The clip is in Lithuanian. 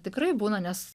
tikrai būna nes